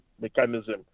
mechanism